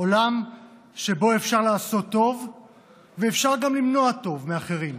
עולם שבו אפשר לעשות טוב ואפשר גם למנוע טוב מאחרים.